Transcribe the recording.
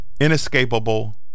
inescapable